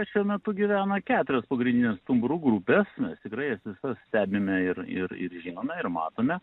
šiuo metu gyvena keturios pagrindinės stumbrų grupės mes tikrai jas visas stebime ir ir ir žinome ir matome